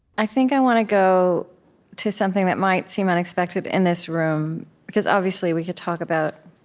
i think i want to go to something that might seem unexpected in this room, because obviously, we could talk about